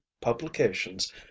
publications